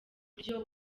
buryo